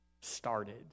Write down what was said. started